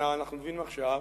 שנה אנחנו מבינים עכשיו,